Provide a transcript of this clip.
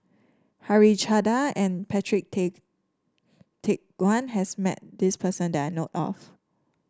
Harichandra and Patrick Tay Teck Guan has met this person that I know of